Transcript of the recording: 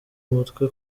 umutwe